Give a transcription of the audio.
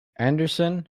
anderson